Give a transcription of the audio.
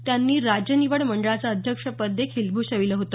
त्यांनी राज्य निवड मंडळाचे अध्यक्षपद देखील भुषवल होत